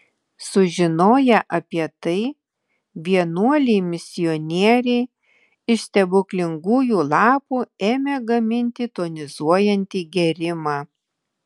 sužinoję apie tai vienuoliai misionieriai iš stebuklingųjų lapų ėmė gaminti tonizuojantį gėrimą